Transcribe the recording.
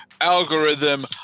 algorithm